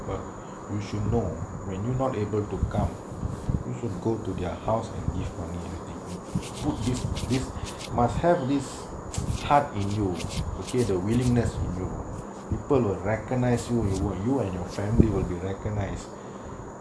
but you should know when you not able to come you should go to their house and give money every thing put this this must have this heart in you okay the willingness in you people will recognise your your your you and your family will be recognised